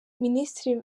ministre